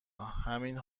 همین